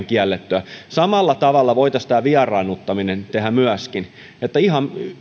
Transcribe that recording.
kiellettyä samalla tavalla voitaisiin tämä vieraannuttaminen tehdä myöskin ihan